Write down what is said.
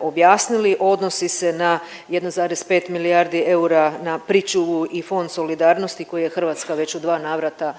objasnili odnosi se na 1,5 milijardi na pričuvu i Fond solidarnosti koji je Hrvatska već u dva navrata